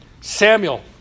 Samuel